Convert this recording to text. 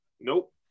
nope